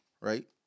right